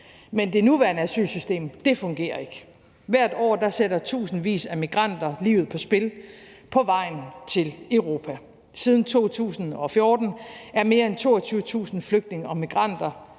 men det nuværende asylsystem fungerer ikke. Hvert år sætter tusindvis af migranter livet på spil på vejen til Europa. Siden 2014 er mere end 22.000 flygtninge og migranter